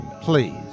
please